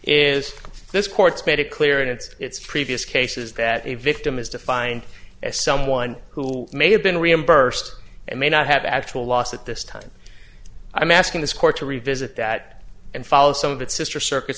is this court's made it clear in its its previous cases that a victim is defined as someone who may have been reimbursed and may not have actual loss at this time i'm asking this court to revisit that and follow some of its sister circu